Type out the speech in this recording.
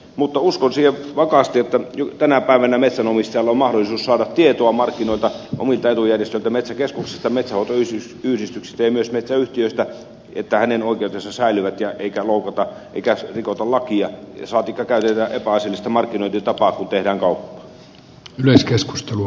mutta uskon siihen vakaasti että tänä päivänä metsänomistajalla on mahdollisuus saada tietoa markkinoilta omilta etujärjestöiltään metsäkeskuksista metsänhoitoyhdistyksistä ja myös metsäyhtiöistä että hänen oikeutensa säilyvät eikä loukata eikä rikota lakia saatikka käytetä epäasiallista markkinointitapaa kun tehdään kauppaa